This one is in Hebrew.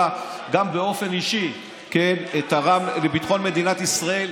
גם באופן אישי תרם לביטחון מדינת ישראל,